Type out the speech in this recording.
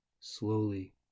slowly